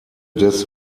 des